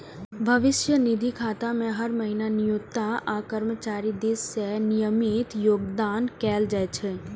भविष्य निधि खाता मे हर महीना नियोक्ता आ कर्मचारी दिस सं नियमित योगदान कैल जाइ छै